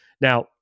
now